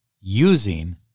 using